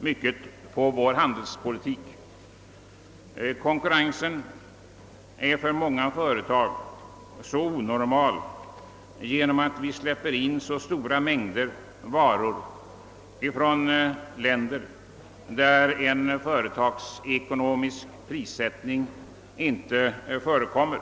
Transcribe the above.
mycket på vår handelspolitik. Konkurrensen är för många företag onormal genom att vi släpper in så stora mängder varor från länder, där en företagsekonomisk prissättning inte förekommer.